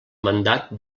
mandat